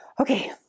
Okay